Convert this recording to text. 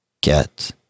get